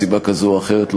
מסיבה כזו או אחרת,